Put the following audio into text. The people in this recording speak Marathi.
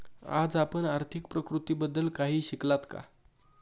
आज आपण आर्थिक प्रतिकृतीबद्दल काही शिकलात का?